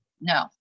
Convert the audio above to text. no